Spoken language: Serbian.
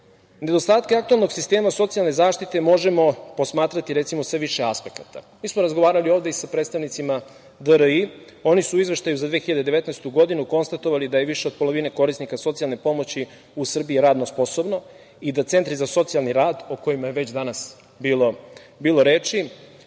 Nedostatke aktuelnog sistema socijalne zaštite možemo posmatrati, recimo sa više aspekata. Mi smo razgovarali ovde i sa predstavnicima DRI. Oni su u izveštaju za 2019. godinu konstatovali da ih više od polovine korisnika socijalne pomoći u Srbiji radno sposobno i da Centri za socijalni rad o kojima je već danas bilo reči